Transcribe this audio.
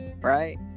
right